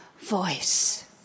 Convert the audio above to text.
voice